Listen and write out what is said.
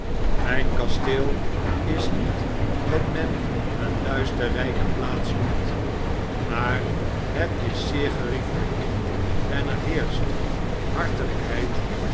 mijn kasteel is niet wat men een luisterrijke plaats noemt maar het is zeergeriefelyk en er heerscjit